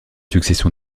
succession